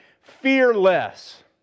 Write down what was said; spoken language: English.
Fearless